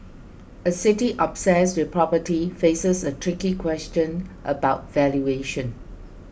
a city obsessed with property faces a tricky question about valuation